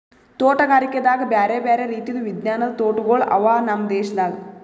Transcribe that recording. ತೋಟಗಾರಿಕೆದಾಗ್ ಬ್ಯಾರೆ ಬ್ಯಾರೆ ರೀತಿದು ವಿಜ್ಞಾನದ್ ತೋಟಗೊಳ್ ಅವಾ ನಮ್ ದೇಶದಾಗ್